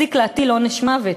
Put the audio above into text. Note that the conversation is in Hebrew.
הפסיקה להטיל עונש מוות,